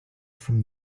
from